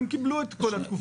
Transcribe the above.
הם קיבלו את כל התקופה,